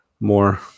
more